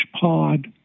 pod